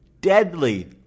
deadly